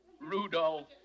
Rudolph